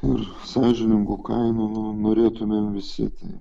ir sąžiningų kainų norėtumėm visi tai